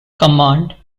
command